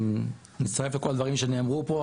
אני מצטרף לכל הדברים שנאמרו פה,